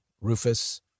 Rufus